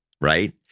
right